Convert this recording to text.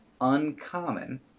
uncommon